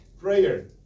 Prayer